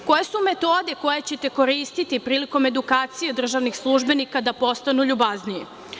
Koje su metode, koje ćete koristiti prilikom edukacije državnih službenika da postanu ljubazniji?